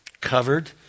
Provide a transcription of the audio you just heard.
covered